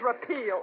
repeal